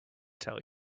tell